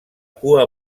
cua